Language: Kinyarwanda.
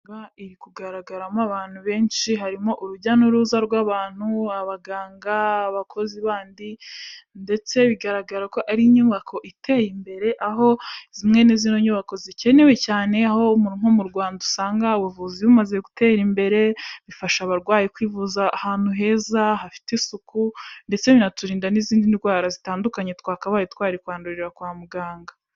Iri kugaragaramo abantu benshi harimo urujya n'uruza rw'abantu, abaganga, abakozi bandi, ndetse bigaragara ko ari inyubako iteye imbere aho zimwe nk'izi nyubako zikenewe cyane aho umuntu nko mu Rwanda usanga ubuvuzi bumaze gutera imbere. Bifasha abarwayi kwivuriza ahantu heza hafite isuku ndetse binaturinda n'izindi ndwara zitandukanye twakabaye twari kwandurira kwa muganga.